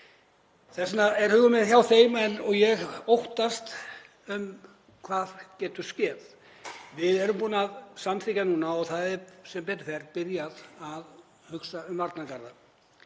vegna er hugur minn hjá þeim og ég óttast um hvað getur skeð. Við erum búin að samþykkja núna, og það er sem betur fer byrjað að hugsa um varnargarða.